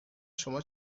شما